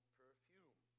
perfume